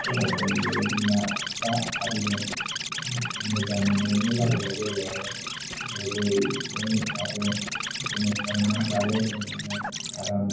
नखराव जेरै बिमा फिपा आरिजों मोजाङैनो रायलायनाय जायो आरो गुरैयै आरो बिदिनो सनमान लालायलायनानै आराम